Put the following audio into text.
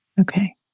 Okay